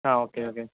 ആ okay okay